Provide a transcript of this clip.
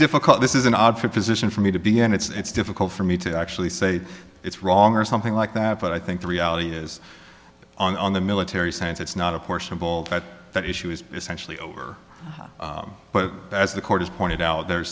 difficult this is an odd for position for me to begin it's difficult for me to actually say it's wrong or something like that but i think the reality is on the military sense it's not a portion of that that issue is essentially over but as the court has pointed out there